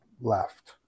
left